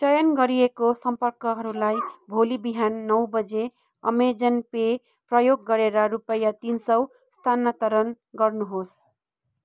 चयन गरिएको सम्पर्कहरूलाई भोलि बिहान नौ बजे अमेजन पे प्रयोग गरेर रुपैयाँ तिन सौ स्थानान्तरण गर्नुहोस्